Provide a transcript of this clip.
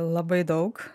labai daug